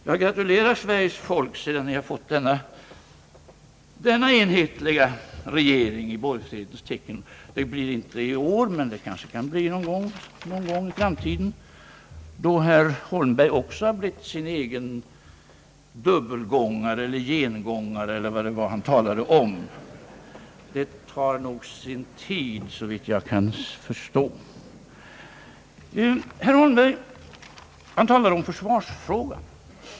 Jag gratulerar Sveriges folk, sedan det har fått denna enhetliga regering i borgfredens tecken. Det blir inte i år, men det kan bli någon gång i framtiden, då även herr Holmberg har blivit sin egen dubbelgångare eller gengångare, eller vad det var han talade om. Det tar nog sin tid, såvitt jag kan förstå. Herr Holmberg talade om försvarsfrågan.